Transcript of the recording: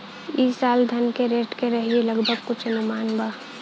ई साल धान के रेट का रही लगभग कुछ अनुमान बा?